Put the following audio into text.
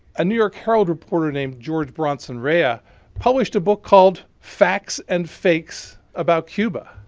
a new york herald reporter named george bronson rea ah published a book called facts and fakes about cuba.